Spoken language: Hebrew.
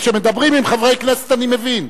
אז כשמדברים עם חברי כנסת אני מבין.